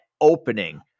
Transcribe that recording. opening